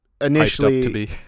initially